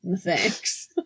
Thanks